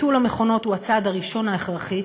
ביטול המכונות הוא הצעד הראשון ההכרחי,